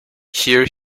here